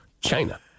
China